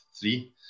three